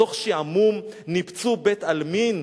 מתוך שעמום ניפצו בית-עלמין?